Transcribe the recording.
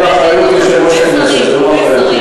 זה באחריות יושב-ראש הכנסת.